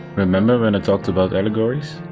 remember when i talked about allegories?